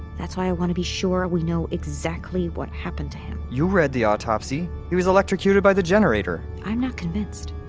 that's why i want to be sure we know exactly what happened to him you read the autopsy. he was electrocuted by the generator i'm not convinced.